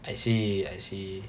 I see I see